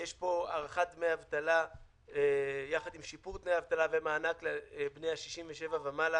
יש פה הארכת דמי אבטלה יחד עם שיפור דמי אבטלה ומענק לבני ה-67 ומעלה.